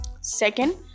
Second